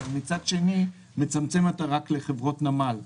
ומצד שני מצמצם אותה רק לחברות נמל.